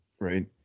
right